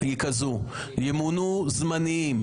ההצעה שלנו היא זאת: ימונו זמניים